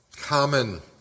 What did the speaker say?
common